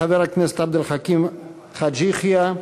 חבר הכנסת עבד אל חכים חאג' יחיא,